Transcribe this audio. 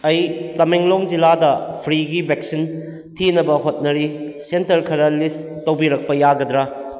ꯑꯩ ꯇꯃꯦꯡꯂꯣꯡ ꯖꯤꯂꯥꯗ ꯐ꯭ꯔꯤꯒꯤ ꯚꯦꯛꯁꯤꯟ ꯊꯤꯅꯕ ꯍꯣꯠꯅꯔꯤ ꯁꯦꯟꯇꯔ ꯈꯔ ꯂꯤꯁ ꯇꯧꯕꯤꯔꯛꯄ ꯌꯥꯒꯗ꯭ꯔꯥ